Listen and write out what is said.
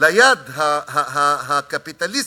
ליד הקפיטליסטית,